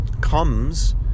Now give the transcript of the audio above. comes